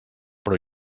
però